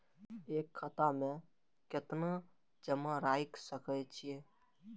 एक खाता में केतना तक जमा राईख सके छिए?